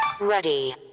Ready